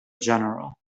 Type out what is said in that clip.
general